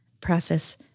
process